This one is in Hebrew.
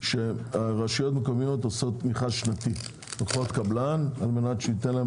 כשרשויות מקומיות עושות מכרז שנתי לוקחות קבלן שייתן להם